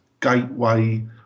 gateway